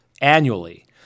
annually